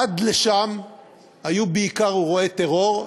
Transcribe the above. עד לשם היו בעיקר אירועי טרור,